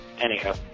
Anyhow